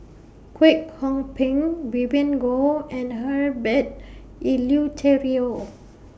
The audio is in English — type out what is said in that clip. Kwek Hong Png Vivien Goh and Herbert Eleuterio